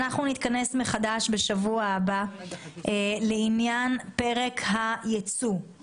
נתכנס מחדש בשבוע הבא לעניין פרק הייצוא,